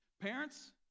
Parents